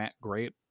great